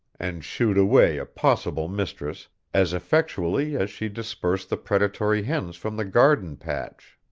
and shooed away a possible mistress as effectually as she dispersed the predatory hens from the garden patch.